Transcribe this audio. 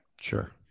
Sure